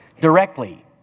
directly